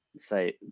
say